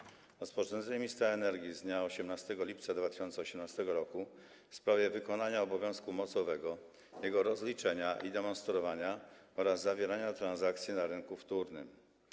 Jedno z ich to rozporządzenie ministra energii z dnia 18 lipca 2018 r. w sprawie wykonania obowiązku mocowego, jego rozliczenia i demonstrowania oraz zawierania transakcji na rynku wtórnym.